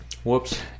Whoops